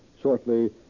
shortly